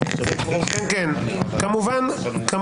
פנימית במשטרה הזימונים עוברים ככה.